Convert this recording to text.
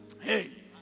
Hey